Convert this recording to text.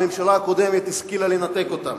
הממשלה הקודמת השכילה לנתק אותם.